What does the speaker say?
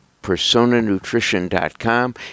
personanutrition.com